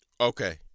Okay